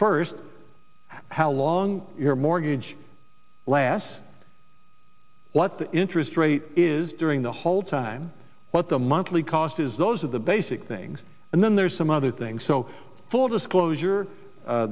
first how long your mortgage lasts what the interest rate is during the whole time what the monthly cost is those are the basic things and then there's some other things so full disclosure